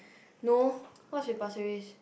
no what's with Pasir-Ris